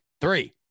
three